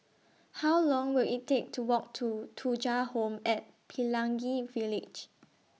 How Long Will IT Take to Walk to Thuja Home At Pelangi Village